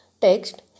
text